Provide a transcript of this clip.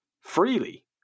freely